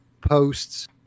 posts